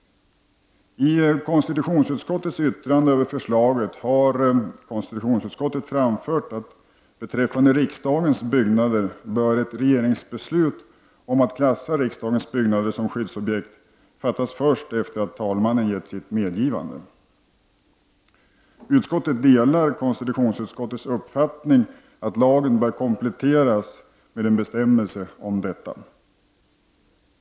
Konstitutionsutskottet har i sitt yttrande över förslaget beträffande riksdagens byggnader framfört att ett regeringsbeslut om att klassa riksdagens byggnader som skyddsobjekt bör fattas först efter det att talmannen givit sitt medgivande. Utskottet delar konstitutionsutskottets uppfattning, att lagen bör kompletteras med en bestämmelse om detta.